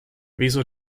wieso